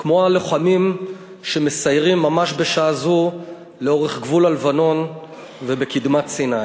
כמו הלוחמים שמסיירים ממש בשעה זו לאורך גבול הלבנון ובקדמת סיני.